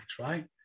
right